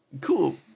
cool